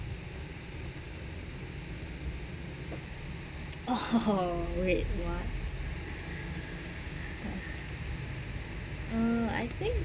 oh red what uh I think